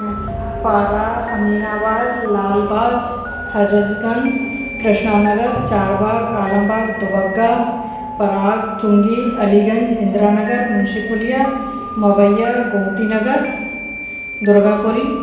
Para Aminabad Lalbagh Hazratganj Krishnanagar Charbagh Alambagh Dubagga Parag Chungi Aliganj Indiranagar Munshipulia Mawaiya Gomtinagar Durgapuri